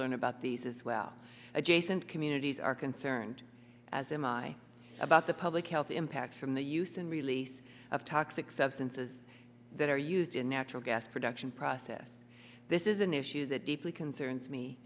learn about these as well adjacent communities are concerned as am i about the public health impacts from the use and release of toxic substances that are used in natural gas production process this is an issue that deeply concerns me